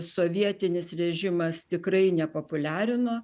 sovietinis režimas tikrai nepopuliarino